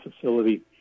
facility